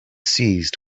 seized